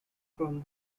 from